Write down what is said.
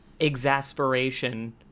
exasperation